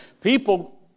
People